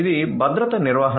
ఇది భద్రతా నిర్వహణ